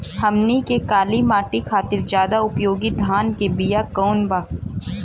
हमनी के काली माटी खातिर ज्यादा उपयोगी धान के बिया कवन बा?